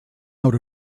out